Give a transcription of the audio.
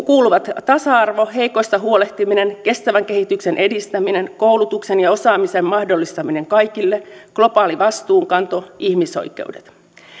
kuuluvat tasa arvo heikoista huolehtiminen kestävän kehityksen edistäminen koulutuksen ja osaamisen mahdollistaminen kaikille globaali vastuunkanto ihmisoikeudet